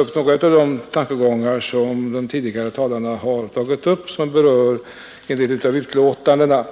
att kommentera några av de tankegångar som de tidigare talarna framfört och som berör en del av betänkandena.